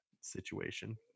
situation